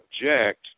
object